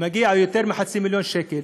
שמגיעים ליותר מחצי מיליון שקל.